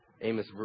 Amos